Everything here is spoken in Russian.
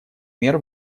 мер